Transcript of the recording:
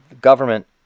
government